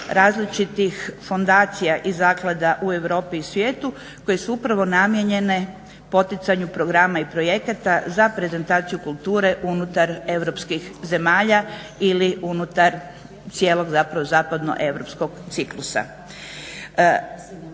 različitih fondacija i zaklada u Europi i svijetu koje su upravo namijenjene poticanju programa i projekata za prezentaciju kulture unutar europskih zemalja ili unutar cijelog zapravo zapadno-europskog ciklusa.